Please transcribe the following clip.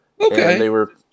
Okay